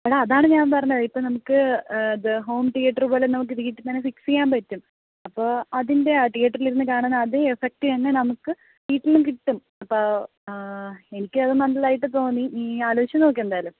എടാ അതാണ് ഞാൻ പറഞ്ഞത് ഇപ്പം നമുക്ക് ഇത് ഹോം തീയറ്ററ് പോലെ നമുക്ക് വീട്ടിൽത്തന്നെ ഫിക്സ് ചെയ്യാൻ പറ്റും അപ്പോൾ അതിന്റെ ആ തീയറ്റർൽ ഇരുന്ന് കാണുന്നതിൻ്റെ അതേ എഫെക്ട് തന്നെ വീട്ടിലും കിട്ടും അപ്പോൾ എനിക്ക് അത് നല്ലതായിട്ട് തോന്നി നീ ആലോചിച്ച് നോക്ക് എന്തായാലും